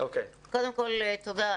קודם כל תודה,